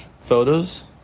photos